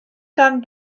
gan